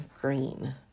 green